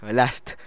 last